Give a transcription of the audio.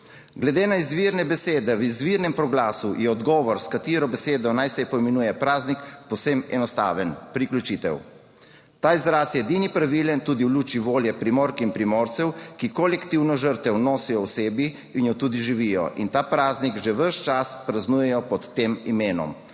Glede na izvirne besede v izvirnem proglasu je odgovor, s katero besedo naj se poimenuje praznik, povsem enostaven – priključitev. Ta izraz je edini pravilen tudi v luči volje Primork in Primorcev, ki kolektivno žrtev nosijo v sebi in jo tudi živijo in ta praznik že ves čas praznujejo pod tem imenom.